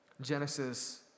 Genesis